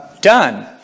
done